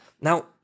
Now